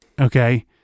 Okay